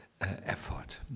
effort